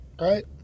right